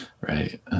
right